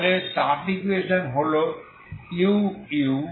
তাহলে তাপ ইকুয়েশন হল uut 2uxx0